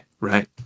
right